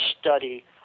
study